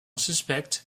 suspecte